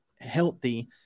healthy